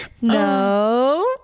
no